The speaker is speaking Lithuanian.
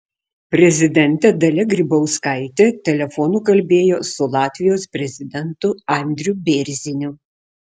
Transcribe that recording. prezidentė dalia grybauskaitė telefonu kalbėjo su latvijos prezidentu andriu bėrziniu